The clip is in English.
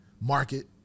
market